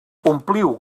ompliu